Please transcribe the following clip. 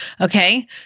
okay